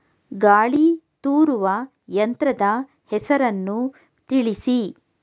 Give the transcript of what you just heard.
ಗಾಳಿ ತೂರುವ ಯಂತ್ರದ ಹೆಸರನ್ನು ತಿಳಿಸಿ?